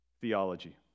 theology